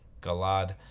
Galad